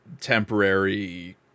temporary